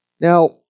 Now